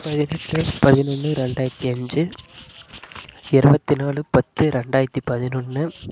பதினெட்டு பதினொன்று ரெண்டாயிரத்தி அஞ்சு இருவத்தி நாலு பத்து ரெண்டாயிரத்தி பதினொன்று